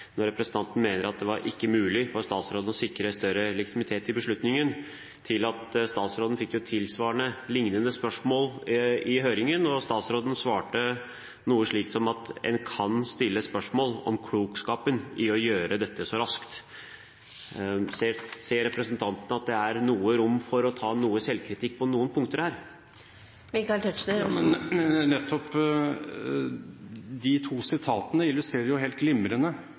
når han mener det ikke var mulig for statsråden å sikre større legitimitet til beslutningen, for da statsråden fikk et lignende spørsmål i høringen, svarte statsråden at en kan «stille spørsmål ved klokskapen i å gjøre det så raskt.» Ser representanten at det er rom for å ta noe selvkritikk på noe punkt her? Nettopp det sitatet illustrerer helt glimrende